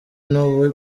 n’ubu